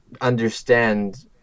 understand